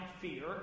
Fear